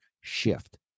shift